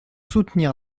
soutenir